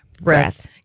Breath